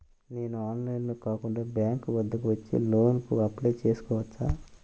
నేను ఆన్లైన్లో కాకుండా బ్యాంక్ వద్దకు వచ్చి లోన్ కు అప్లై చేసుకోవచ్చా?